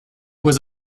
was